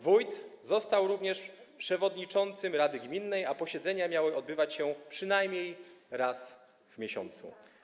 Wójt został również przewodniczącym rady gminnej, a posiedzenia miały odbywać się przynajmniej raz w miesiącu.